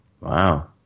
Wow